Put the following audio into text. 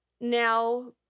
Now